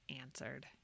answered